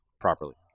properly